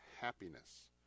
happiness